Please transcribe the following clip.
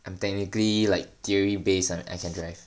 I'm technically like theory based on I can drive